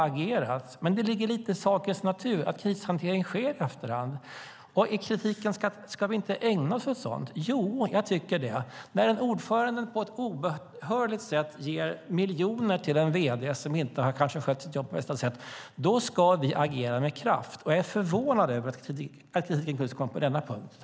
Det ligger lite i sakens natur att krishantering sker i efterhand. Ska vi inte ägna oss åt sådant? Jo, jag tycker det. När en ordförande på ett otillbörligt sätt ger miljoner till en vd som kanske inte har skött sitt jobb på bästa sätt ska vi agera med kraft. Jag är förvånad över att det framförs kritik på denna punkt.